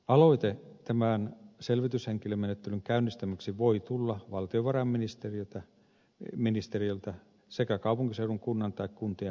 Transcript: aloite tämän selvityshenkilömenettelyn käynnistämiseksi voi tulla valtiovarainministeriöltä sekä kaupunkiseudun kunnan tai kuntien hakemuksesta